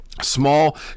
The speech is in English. Small